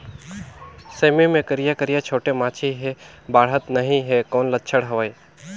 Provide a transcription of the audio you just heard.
सेमी मे करिया करिया छोटे माछी हे बाढ़त नहीं हे कौन लक्षण हवय?